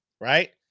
right